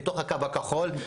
בתוך הקו הכחול.